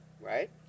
right